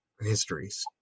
histories